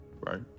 right